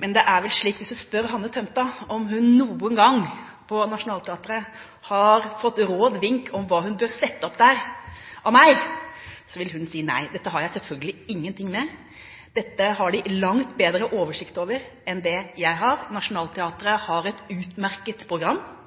Men det er vel slik at hvis du spør Hanne Tømta på Nationaltheatret om hun noen gang har fått råd og vink av meg om hva hun bør sette opp der, vil hun si nei. Dette har jeg selvfølgelig ingen ting med. Dette har Nationaltheatret langt bedre oversikt over enn det jeg har. De har et utmerket program.